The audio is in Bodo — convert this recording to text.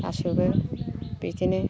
गासैबो बिदिनो